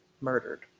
murdered